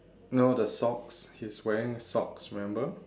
no the socks he's wearing socks remember